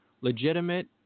legitimate